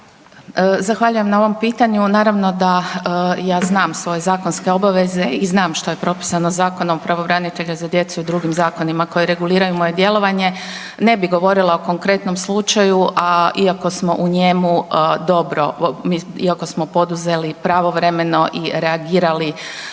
Zahvaljujem na ovom pitanju. Naravno da ja znam svoje zakonske obaveze i znam što je propisano Zakonom o pravobranitelju za djecu i drugim zakonima koji regulirao moje djelovanje. Ne bih govorila o konkretnom slučaju, a iako smo u njemu dobro, iako smo poduzeli pravovremeno i reagirali